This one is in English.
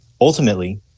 Ultimately